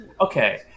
okay